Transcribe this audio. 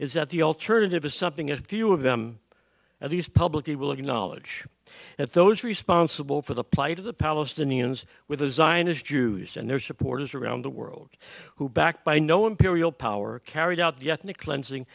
is that the alternative is something that a few of them at least publicly will acknowledge at those responsible for the plight of the palestinians with the zionist jews and their supporters around the world who backed by no imperial power carried out the ethnic cleansing